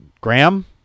graham